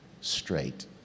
straight